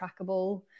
trackable